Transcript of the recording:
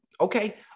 Okay